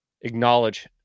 acknowledge